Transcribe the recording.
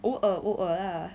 偶尔偶尔 lah